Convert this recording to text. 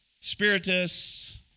spiritists